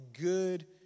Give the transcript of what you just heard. good